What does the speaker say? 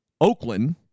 Oakland